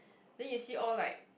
then you see all like